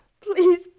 Please